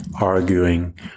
arguing